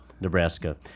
nebraska